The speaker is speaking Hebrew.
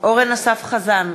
אורן אסף חזן,